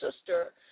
sister